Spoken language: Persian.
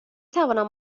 توانم